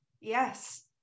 Yes